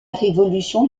révolution